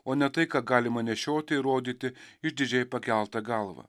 o ne tai ką galima nešioti ir rodyti išdidžiai pakelta galva